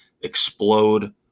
explode